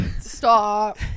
Stop